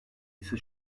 ise